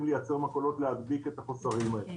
לייצר מכולות כדי להדביק את החוסרים האלה.